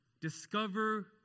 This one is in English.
discover